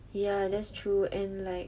ya that's true and like